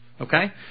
okay